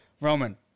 Roman